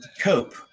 cope